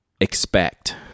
expect